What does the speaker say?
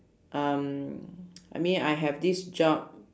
um I mean I have this job